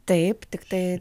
taip tiktai